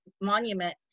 Monument